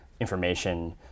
information